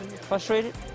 Frustrated